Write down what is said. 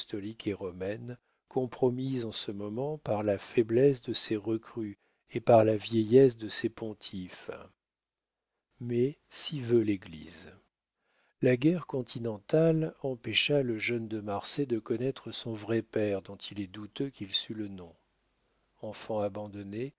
et romaine compromise en ce moment par la faiblesse de ses recrues et par la vieillesse de ses pontifes mais si veut l'église la guerre continentale empêcha le jeune de marsay de connaître son vrai père dont il est douteux qu'il sût le nom enfant abandonné